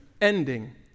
ending